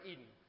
Eden